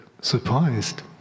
surprised